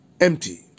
empty